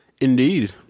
Indeed